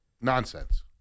nonsense